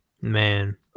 Man